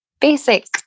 basic